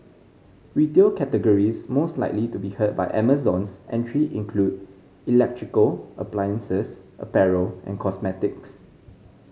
retail categories most likely to be hurt by Amazon's entry include electrical appliances apparel and cosmetics